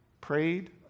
prayed